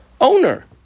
owner